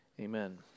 amen